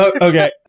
Okay